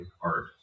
art